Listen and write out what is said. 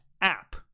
app